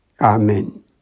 Amen